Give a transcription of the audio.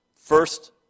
first